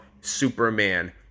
Superman